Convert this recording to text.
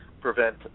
prevent